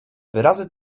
wyrazy